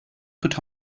put